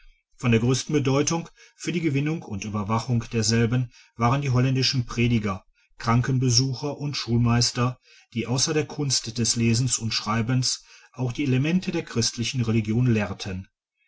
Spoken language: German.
von der grössten bedeutung für die gewinnung und ueberwachung derselben waren die holländischen prediger krankenbesucher und schulmeister die ausser der kunst des lesens und schreibens auch die elemente der christlichen religion lehrten